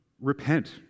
repent